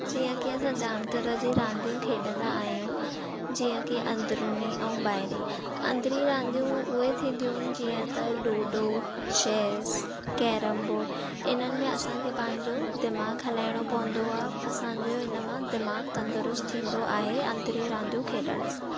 जीअं कि असां जाम तरह जी रांदियूं खेॾंदा आहियूं जीअं कि अंदरुनी ऐं ॿाहिरीं अंदरीं रांदियूं उहे थींदियूं आहिनि जीअं त लूडो चेस कैरम बोर्ड इन्हनि में असां खे पंहिंजो दिमाग़ हलाइणो पवंदो आहे असां जो इन मां दिमाग़ तंदुरुस्त थींदो आहे अंदरीं रांदियूं खेॾण सां